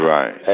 Right